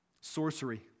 Sorcery